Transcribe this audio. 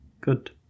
Good